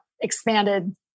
expanded